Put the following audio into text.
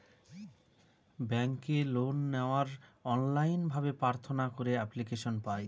ব্যাঙ্কে লোন নেওয়ার অনলাইন ভাবে প্রার্থনা করে এপ্লিকেশন পায়